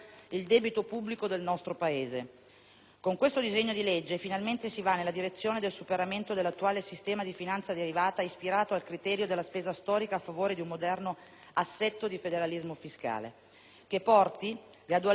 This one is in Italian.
Con questo disegno di legge, finalmente, si va nella direzione del superamento dell'attuale sistema di finanza derivata ispirato al criterio della spesa storica a favore di un moderno assetto di federalismo fiscale, che porti gradualmente al criterio della spesa standardizzata.